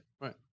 right